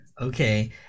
okay